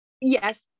Yes